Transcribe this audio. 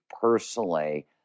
personally